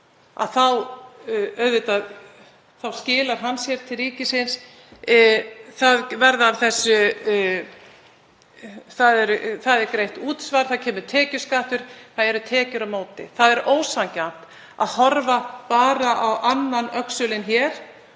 skilar sér auðvitað til ríkisins. Það er greitt útsvar, það kemur tekjuskattur, það eru tekjur á móti. Það er ósanngjarnt að horfa bara á annan öxulinn hér